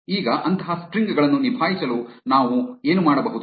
ಈಗ ಅಂತಹ ಸ್ಟ್ರಿಂಗ್ ಗಳನ್ನು ನಿಭಾಯಿಸಲು ನಾವು ಏನು ಮಾಡಬಹುದು